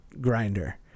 grinder